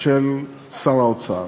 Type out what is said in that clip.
של שר האוצר,